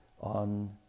on